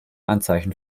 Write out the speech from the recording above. anzeichen